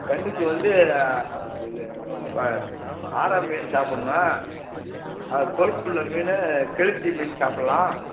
கண்ணுக்கு வந்து இது கு ஆரா மீன் சாப்பிட்ணும் அது கொழுப்புள்ள மீன் கெளுத்தி மீன் சாப்பிட்லாம்